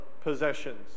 possessions